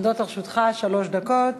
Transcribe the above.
עומדות לרשותך שלוש דקות.